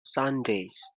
sundays